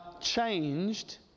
changed